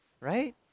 Right